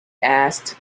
asked